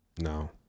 No